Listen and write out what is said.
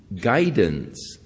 guidance